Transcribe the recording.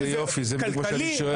איזה יופי, זה בדיוק מה שאני שואל.